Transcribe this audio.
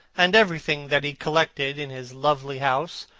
and everything that he collected in his lovely house,